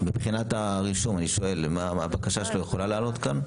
-- מבחינת הרישום, הבקשה שלו יכולה לעלות כאן?